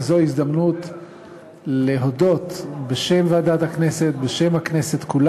וזו ההזדמנות להודות בשם ועדת הכנסת,